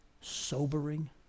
sobering